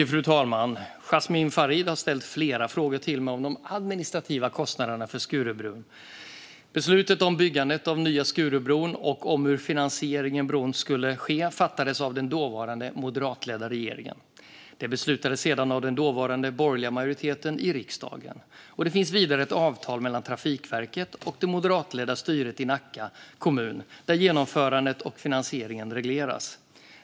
Fru talman! har ställt flera frågor till mig om de administrativa kostnaderna för Skurubron. Beslutet om byggandet av nya Skurubron och om hur finansiering av bron skulle ske fattades av den dåvarande moderatledda regeringen. Det beslutades sedan av den dåvarande borgerliga majoriteten i riksdagen. Det finns vidare ett avtal mellan Trafikverket och det moderatledda styret i Nacka kommun där genomförandet och finansieringen regleras.